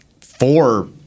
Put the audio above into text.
four